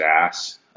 ass